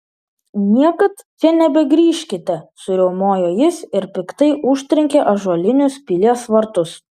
niekad čia nebegrįžkite suriaumojo jis ir piktai užtrenkė ąžuolinius pilies vartus